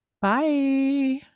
Bye